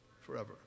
Forever